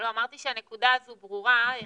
הנקודה הזו ברורה.